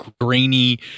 grainy